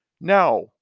now